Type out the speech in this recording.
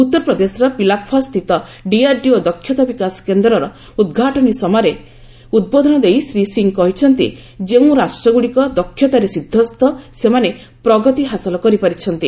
ଉତ୍ତରପ୍ରଦେଶର ପିଲାଖୁଆସ୍ଥିତ ଡିଆରଡିଓ ଦକ୍ଷତା ବିକାଶ କେନ୍ଦ୍ରର ଉଦ୍ଘାଟନୀ ସଭାରେ ଉଦ୍ବୋଧନ ଦେଇ ଶ୍ରୀ ସିଂହ କହିଛନ୍ତି ଯେ ଯେଉଁ ରାଷ୍ଟ୍ରଗୁଡିକ ଦକ୍ଷତାରେ ସିଦ୍ଧହସ୍ତ ସେମାନେ ପ୍ରଗତି ହାସଲ କରିପାରିଛନ୍ତି